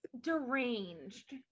deranged